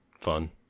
fun